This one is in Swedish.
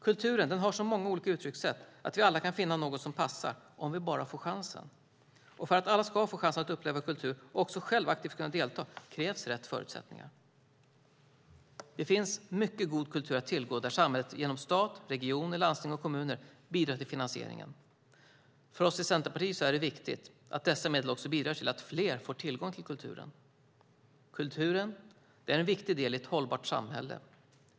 Kulturen har så många olika uttryckssätt att vi alla kan finna något som passar, om vi bara får chansen. För att alla ska få chansen att uppleva kultur och också själva aktivt kunna delta krävs rätt förutsättningar. Det finns mycket god kultur att tillgå där samhället genom stat, regioner, landsting och kommuner bidrar till finansieringen. För oss i Centerpartiet är det viktigt att dessa medel också bidrar till att fler får tillgång till kulturen. Kulturen är en viktig del i ett hållbart samhälle.